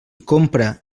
compra